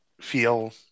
feel